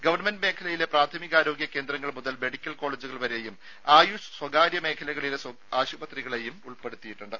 government മേഖലയിലെ പ്രാഥമികാരോഗ്യ കേന്ദ്രങ്ങൾ മുതൽ മെഡിക്കൽ കോളജുകൾ വരെയും ആയുഷ് സ്വകാര്യ മേഖലകളിലെ ആശുപത്രികളെയും ഉൾപ്പെടുത്തിയിട്ടുണ്ട്